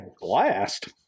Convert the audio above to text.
blast